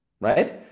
Right